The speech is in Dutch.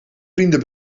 vrienden